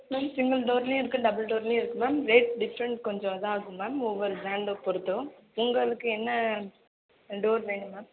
ma'am single டோர்லையும் இருக்கு double டோர்லையும் இருக்கு மேம் ரேட் டிஃப்ரெண்ட் கொஞ்சம் இதாகும் மேம் ஒவ்வொரு பிராண்டை பொருத்தும் உங்களுக்கு என்ன டோர் வேணும் மேம்